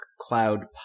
cloud